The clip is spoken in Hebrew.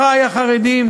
אחי החרדים: